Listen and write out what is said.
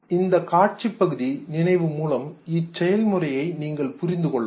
இந்த காட்சி பகுதி நினைவு மூலம் இச்செயல்முறையை நீங்கள் புரிந்து கொள்ளலாம்